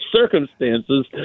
circumstances